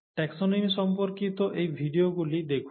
'Taxonomy' সম্পর্কিত এই ভিডিওগুলি দেখুন